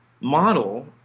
model